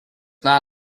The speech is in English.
not